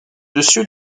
dessus